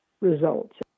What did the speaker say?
results